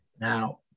Now